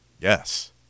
yes